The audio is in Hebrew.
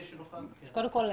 קודם כל,